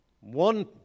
One